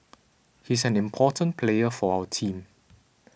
he's an important player for our team